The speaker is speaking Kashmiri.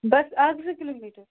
بَس اکھ زٕ کلوٗ میٖٹر